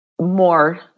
more